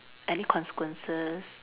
any consequences